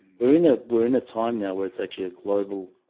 we're in a we're in a time now where it's actually a global